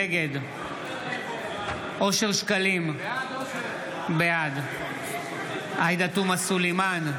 נגד אושר שקלים, בעד עאידה תומא סלימאן,